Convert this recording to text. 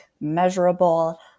measurable